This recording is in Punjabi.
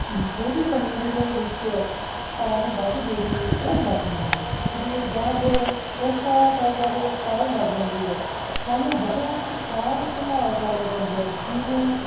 ਛੋਟੀ ਪਨੀਰੀ ਦੇ ਵਿੱਚ ਪਾਣੀ ਵੱਧ ਦੇ ਦਈਏ ਉਹ ਮਰ ਜਾਂਦੀ ਹੈ ਜੀ ਜਾਂ ਫਿਰ ਸੋਕਾ ਪੈ ਜਾਵੇ ਤਾਂ ਉਹ ਮਰ ਜਾਂਦੀ ਹੈ ਸਾਨੂੰ ਬਹੁਤ ਸਾਂਭ ਸੰਭਾਲ ਕਰਨੀ ਪੈਂਦੀ ਆ ਜਿਵੇਂ